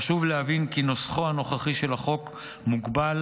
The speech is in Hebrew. חשוב להבין כי נוסחו הנוכחי של החוק מוגבל